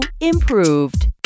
improved